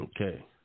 Okay